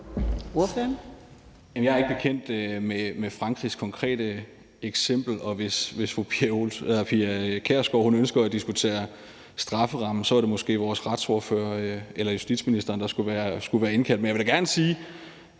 Jeg er ikke bekendt med Frankrigs konkrete eksempel, og hvis fru Pia Kjærsgaard ønsker at diskutere strafferammen, er det måske vores retsordfører eller justitsministeren, der skulle være indkaldt.